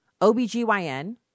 OBGYN